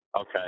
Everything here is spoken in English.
Okay